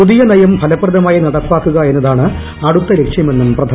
പുതിയ നയം ഫലപ്രദമായി നടപ്പാക്കുക എന്നതാണ് അടുത്ത ലക്ഷ്യമെന്നും പ്രധാനമന്ത്രി